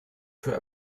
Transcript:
für